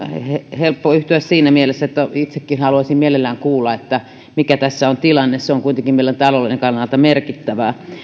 helppo yhtyä siinä mielessä että itsekin haluaisin mielelläni kuulla mikä tässä on tilanne se on kuitenkin meidän talouden kannalta merkittävää